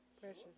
Pressure